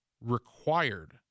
required